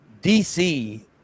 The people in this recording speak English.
DC